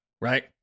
right